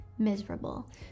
miserable